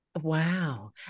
Wow